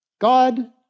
God